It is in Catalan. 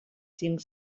cinc